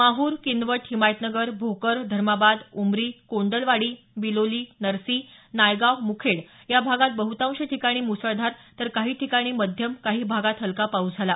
माहूर किनवट हिमायतनगर भोकर धर्माबाद उमरी कोंडलवाडी बिलोली नरसी नायगाव मुखेड या भागात बहतांश ठिकाणी मुसळधार तर कांही ठिकाणी मध्यम कांही भागात हलका पाऊस झाला